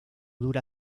dura